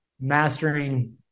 mastering